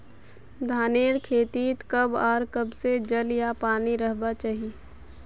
धानेर खेतीत कब आर कब से जल या पानी रहबा चही?